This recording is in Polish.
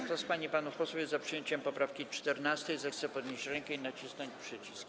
Kto z pań i panów posłów jest za przyjęciem poprawki 14., zechce podnieść rękę i nacisnąć przycisk.